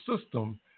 system